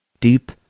Deep